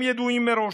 הם ידועים מראש.